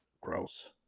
Gross